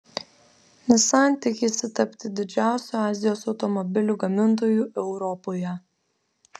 nissan tikisi tapti didžiausiu azijos automobilių gamintoju europoje